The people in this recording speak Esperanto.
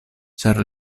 ĉar